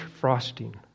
frosting